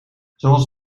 zoals